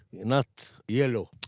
not yellow.